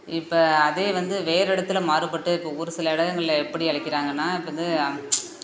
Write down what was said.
இப்போ அதே வந்து வேறு இடத்துல மாறுபட்டு இப்போ ஒரு சில இடங்களில் எப்படி அழைக்கிறாங்கன்னா இப்போ வந்து